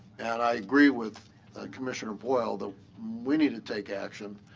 and i agree with commissioner boyle that we need to take action.